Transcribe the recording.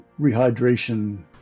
rehydration